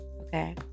okay